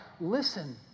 listen